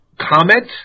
comment